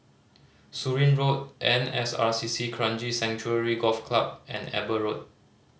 Surin Road N S R C C Kranji Sanctuary Golf Club and Eber Road